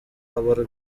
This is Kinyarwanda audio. aba